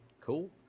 Cool